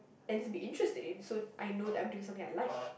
at least be interested in so I know that I'm doing something that I like